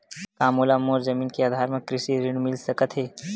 का मोला मोर जमीन के आधार म कृषि ऋण मिल सकत हे?